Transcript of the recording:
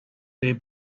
their